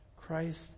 Christ